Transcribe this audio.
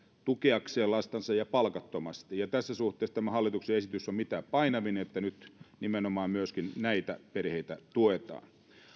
tukeakseen lastansa palkattomasti ja tässä suhteessa tämä hallituksen esitys on mitä painavin että nyt nimenomaan myöskin näitä perheitä tuetaan